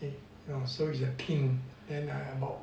so is a tin then about